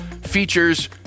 features